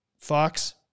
Fox